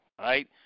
right